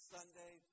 Sunday